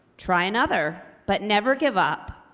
try another. but never give up,